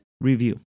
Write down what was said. review